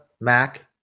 Mac